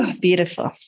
Beautiful